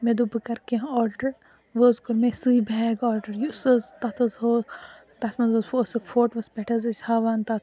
مےٚ دوٚپ بہٕ کَرٕ کینٛہہ آرڈَر وۄنۍ حظ کوٚر مےٚ سُے بیگ آرڈَر یُس حَظ تَتھ حَظ ہو تَتھ منٛز حظ اوسُکھ فوٹوَس پٮ۪ٹھ حَظ ٲسۍ ہاوان تَتھ